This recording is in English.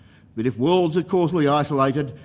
but if worlds are causally isolated,